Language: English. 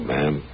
Ma'am